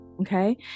okay